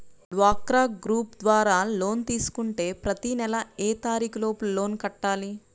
డ్వాక్రా గ్రూప్ ద్వారా లోన్ తీసుకుంటే ప్రతి నెల ఏ తారీకు లోపు లోన్ కట్టాలి?